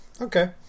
Okay